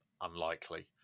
unlikely